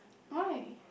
why